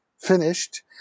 finished